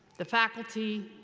the faculty,